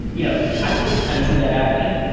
you know, i could kind of see that happening.